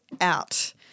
out